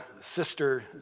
sister